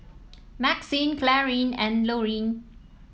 Maxine Clarine and Lorine